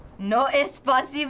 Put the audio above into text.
no es posible.